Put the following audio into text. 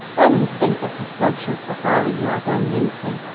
only think what a social sahara you are going into!